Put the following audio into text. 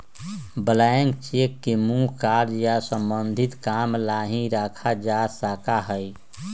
blank cheque के मुख्य कार्य या सम्बन्धित काम ला ही रखा जा सका हई